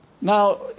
Now